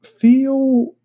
feel